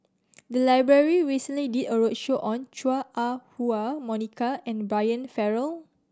the library recently did a roadshow on Chua Ah Huwa Monica and Brian Farrell